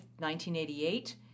1988